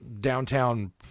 downtown